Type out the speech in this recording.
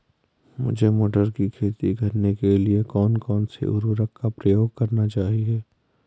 मुझे मटर की खेती करने के लिए कौन कौन से उर्वरक का प्रयोग करने चाहिए?